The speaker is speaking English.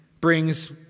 brings